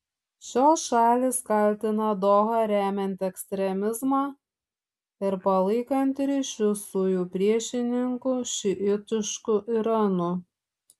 šios šalys kaltina dohą remiant ekstremizmą ir palaikant ryšius su jų priešininku šiitišku iranu